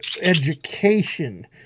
education